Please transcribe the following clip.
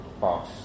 boss